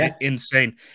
insane